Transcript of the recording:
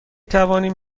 توانیم